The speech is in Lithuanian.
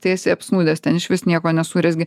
tai esi apsnūdęs ten išvis nieko nesurezgi